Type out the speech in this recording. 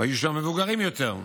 והיו שם מבוגרים יותר,